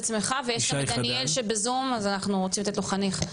ויש גם את דניאל שבזם ואז אנחנו רוצים לתת לחניך.